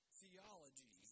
theology